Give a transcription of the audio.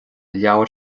leabhair